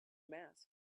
mask